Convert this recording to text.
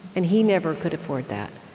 and he never could afford that.